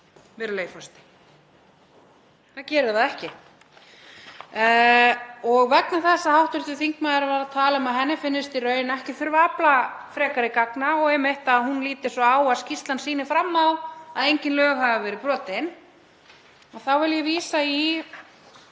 virðulegi forseti. Það gerir það ekki. Og vegna þess að hv. þingmaður var að tala um að henni finnist í raun ekki þurfa að afla frekari gagna og að hún líti svo á að skýrslan sýni fram á að engin lög hafi verið brotin þá vil ég vísa í